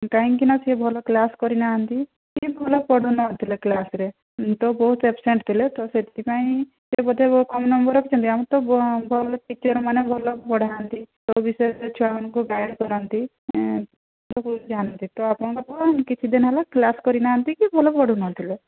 କାହିଁକି ନା ସେ ଭଲ କ୍ଲାସ କରି ନାହାନ୍ତି କି ଭଲ ପଢ଼ୁ ନ ଥିଲେ କ୍ଲାସରେ ତ ବହୁତ ଆବସେଣ୍ଟ ଥିଲେ କ୍ଲାସରେ ତ ସେଥିପାଇଁ ସେ ବୋଧେ କମ ନମ୍ବର ରଖିଛନ୍ତି ଆମର ତ ଭଲ ଟିଚରମାନେ ଭଲ ପଢ଼ାନ୍ତି ସବୁ ବିଷୟରେ